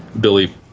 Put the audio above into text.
Billy